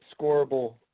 scorable